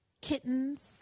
kittens